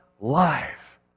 life